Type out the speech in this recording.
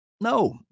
No